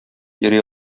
йөри